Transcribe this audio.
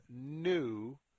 new